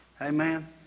Amen